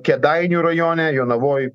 kėdainių rajone jonavoj